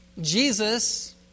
Jesus